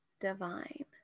divine